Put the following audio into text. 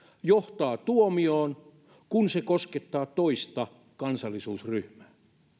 johtaa tuomioon kun se koskettaa toista kansallisuusryhmää